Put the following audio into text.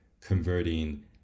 converting